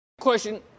question